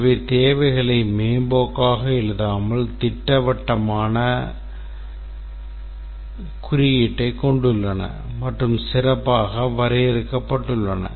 இவை தேவைகளை மேம்போக்காக எழுதாமல் திட்டவட்டமான குறியீட்டைக் கொண்டுள்ளன மற்றும் சிறப்பாக வரையறுக்கப்பட்டுள்ளன